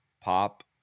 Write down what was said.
pop